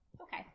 Okay